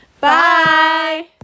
Bye